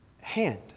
hand